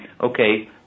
okay